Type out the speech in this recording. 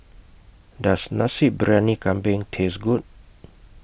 Does Nasi Briyani Kambing Taste Good